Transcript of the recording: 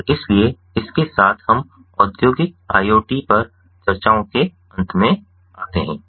और इसलिए इसके साथ हम औद्योगिक IoT पर चर्चाओं के अंत में आते हैं